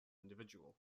individual